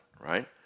right